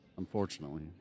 Unfortunately